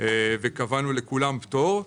קבענו לכולם פטור.